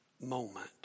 moment